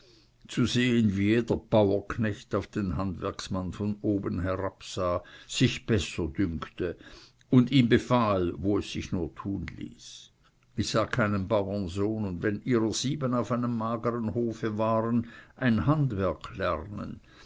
zu sehen wie jeder bauernknecht auf den handwerksmann von oben herab sah sich besser dünkte und ihm befahl wo es sich nur tun ließ ich sah keinen bauernsohn und wenn ihrer sieben auf einem magern hofe waren ein handwerk lernen